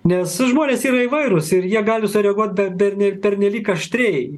nes žmonės yra įvairūs ir jie gali sureaguotdar per pernelyg aštriai